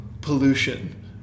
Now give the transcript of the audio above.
pollution